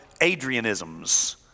Adrianisms